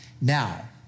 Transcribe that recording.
Now